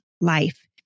life